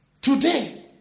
Today